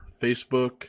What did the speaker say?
Facebook